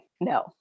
No